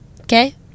Okay